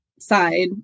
side